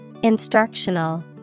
Instructional